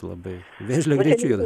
labai vėžlio greičiu juda